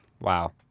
Wow